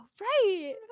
Right